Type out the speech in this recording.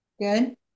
Good